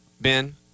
Ben